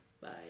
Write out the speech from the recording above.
Bye